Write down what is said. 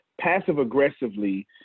passive-aggressively